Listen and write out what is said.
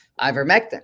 ivermectin